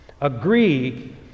agree